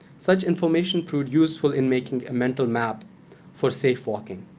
such information proved useful in making a mental map for safe walking.